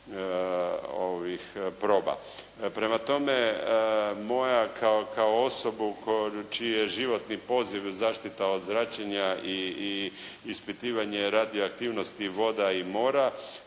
Prema tome, moja kao osobu čiji je životni poziv zaštita od zračenja i ispitivanje radioaktivnosti voda i mora,